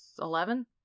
eleven